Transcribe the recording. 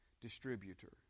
Distributor